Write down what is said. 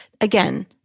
again